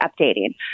updating